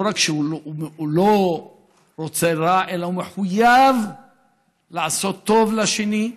לא רק שהוא לא רוצה רע אלא הוא מחויב לעשות טוב לשני,